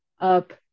up